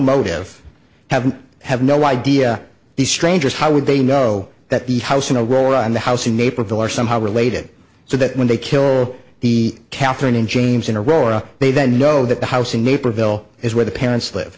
motive have had no idea these strangers how would they know that the house in a row and the house in naperville are somehow related so that when they kill the katherine and james in a row they then know that the house in naperville is where the parents live